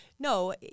No